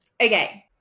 Okay